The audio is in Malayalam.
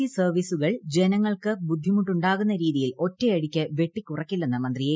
സി സർവ്വീസുകൾ ജനങ്ങൾക്ക് ബുദ്ധിമുട്ടുണ്ടാകുന്ന രീതിയിൽ ഒറ്റയടിക്ക് വെട്ടിക്കുറയ്ക്കില്ലെന്ന് മന്ത്രി എ